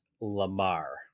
Lamar